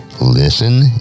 listen